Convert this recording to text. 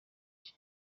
cye